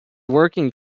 working